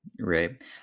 right